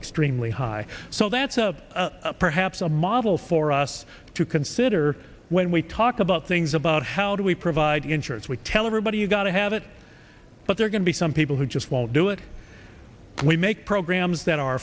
extremely high so that's a perhaps a model for us to consider when we talk about things about how do we provide insurance we tell everybody you've got to have it but they're going to be some people who just won't do it we make programs that are